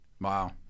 Wow